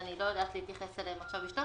אני לא יודעת להתייחס אליהן עכשיו בשלוף